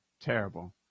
Terrible